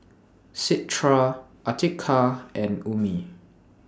Citra Atiqah and Ummi